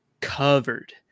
covered